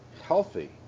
healthy